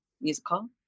musical